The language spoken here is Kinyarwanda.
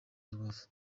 rubavu